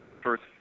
first